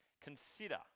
Consider